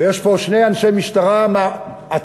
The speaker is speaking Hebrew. יש פה שני אנשי משטרה, אתה